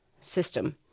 system